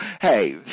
hey